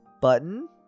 Button